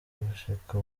gushika